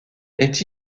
est